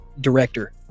director